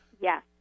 Yes